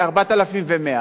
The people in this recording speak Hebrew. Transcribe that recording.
ל-4,100,